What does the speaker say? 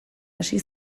hasi